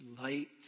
light